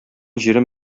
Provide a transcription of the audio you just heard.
җирем